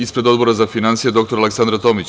Ispred Odbora za finansije dr Aleksandra Tomić.